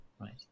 right